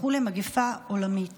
שהפכה למגפה עולמית